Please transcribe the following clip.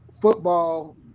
football